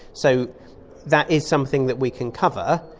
so that is something that we can cover,